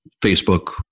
Facebook